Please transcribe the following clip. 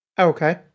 Okay